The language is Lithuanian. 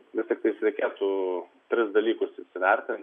vis tiktai reikėtų tris dalykus įsivertint